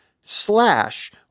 Slash